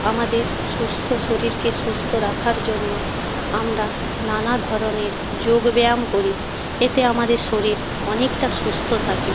আমাদের সুস্থ শরীরকে সুস্থ রাখার জন্য আমরা নানা ধরনের যোগব্যায়াম করি এতে আমাদের শরীর অনেকটা সুস্থ থাকে